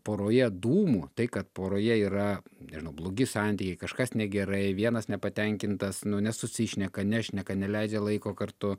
poroje dūmų tai kad poroje yra nežinau blogi santykiai kažkas negerai vienas nepatenkintas nu nesusišneka nešneka neleidžia laiko kartu